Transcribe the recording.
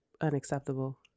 unacceptable